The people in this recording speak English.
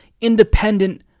independent